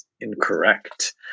Incorrect